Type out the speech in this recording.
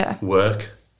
work